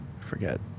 forget